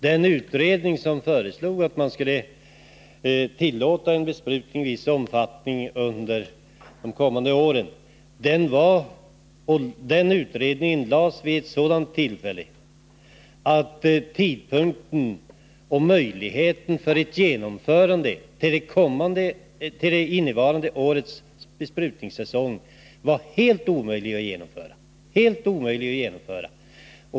Den utredning som föreslog att man skulle tillåta besprutning i viss omfattning under det kommande året lades fram vid en sådan tidpunkt att ett genomförande till det innevarande årets besprutningssäsong var helt omöjligt.